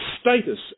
status